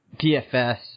DFS